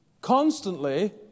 constantly